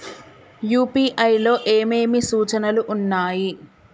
UPI లో ఏమేమి సూచనలు ఉన్నాయి?